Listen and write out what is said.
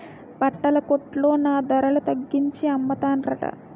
బట్టల కొట్లో నా ధరల తగ్గించి అమ్మతన్రట